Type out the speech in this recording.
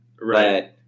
Right